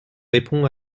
répond